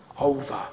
over